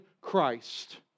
Christ